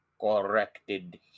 corrected